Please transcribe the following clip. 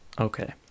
okay